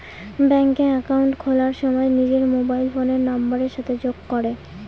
ব্যাঙ্কে একাউন্ট খোলার সময় নিজের মোবাইল ফোনের নাম্বারের সাথে যোগ করে